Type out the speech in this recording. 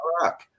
Iraq